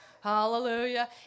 Hallelujah